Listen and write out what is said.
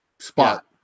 spot